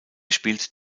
spielt